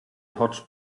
hotch